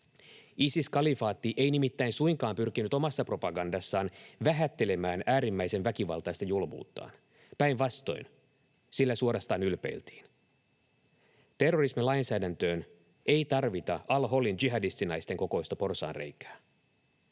Isis-kalifaatti ei nimittäin suinkaan pyrkinyt omassa propagandassaan vähättelemään äärimmäisen väkivaltaista julmuuttaan. Päin vastoin, sillä suorastaan ylpeiltiin. Terrorismilainsäädäntöön ei tarvita al-Holin jihadistinaisten kokoista porsaanreikää.